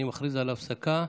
אני מכריז על הפסקה.